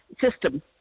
system